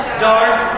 dark